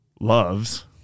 loves